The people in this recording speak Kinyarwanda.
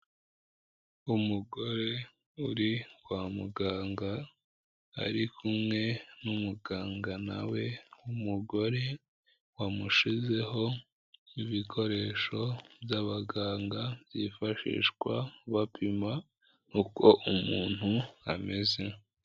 Umugore uri kwa muganga ari kumwe n'umuganga nawe w'umugore, wamushyizeho ibikoresho by'abaganga, byifashishwa bapima uko umuntu ameze.